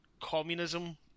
communism